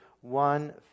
one